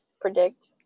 predict